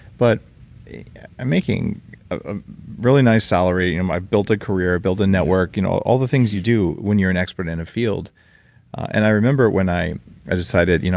but i'm making a really nice salary, and um i built a career, built a network, and all all the things you do when you're an expert in a field and i remember when i i decided, you know